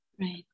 Right